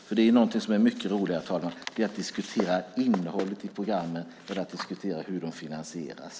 Det är ju mycket roligare, herr talman, att diskutera innehållet i programmen än att diskutera hur de finansieras.